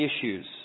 issues